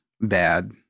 bad